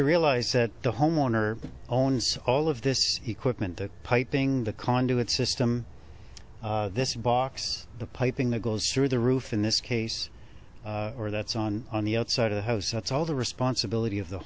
to realize that the homeowner owns all of this equipment to piping the conduit system this box the piping the goes through the roof in this case or that's on on the outside of the house it's all the responsibility of the